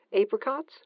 apricots